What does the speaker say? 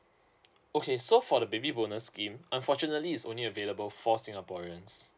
okay so for the baby bonus scheme unfortunately is only available for singaporeans